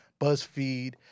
BuzzFeed